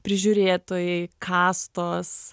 prižiūrėtojai kastos